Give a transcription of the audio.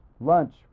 lunch